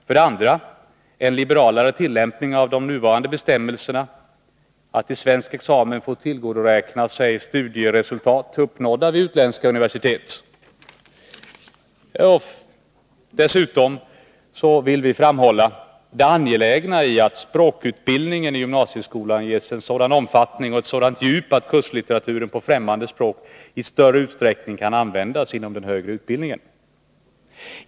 För det andra vill vi ha till stånd en liberalare tillämpning av bestämmel serna för att i svensk examen få tillgodoräkna sig studieresultat uppnådda vid utländskt universitet. Dessutom vill vi framhålla det angelägna i att språkutbildningen i gymnasieskolan ges en sådan omfattning och ett sådant djup att kurslitteratur på främmande språk i större utsträckning kan användas inom den högre utbildningen.